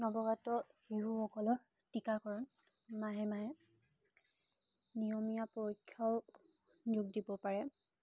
নৱগত শিশুসকলৰ টীকাকৰণ মাহে মাহে নিয়মীয়া পৰীক্ষাও নিয়োগ দিব পাৰে